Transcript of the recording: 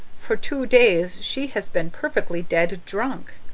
for two days she has been perfectly dead drunk!